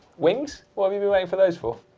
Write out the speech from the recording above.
wings? what have you been waiting for those for?